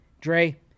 Dre